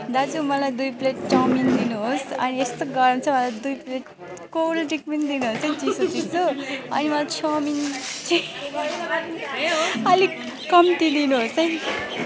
दाजु मलाई दुई प्लेट चाउमिन दिनुहोस् अनि यस्तो गरम छ मलाई दुई प्लेट कोल्डड्रिङ्क पनि दिनुहोस् है चिसो चिसो अनि मलाई चाउमिन चाहिँ अलिक कम्ती दिनुहोस् है